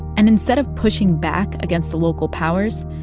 and instead of pushing back against the local powers,